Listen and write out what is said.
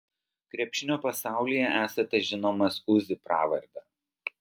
krepšinio pasaulyje esate žinomas uzi pravarde